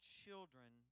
children